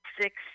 six